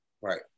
Right